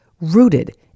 rooted